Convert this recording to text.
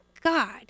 God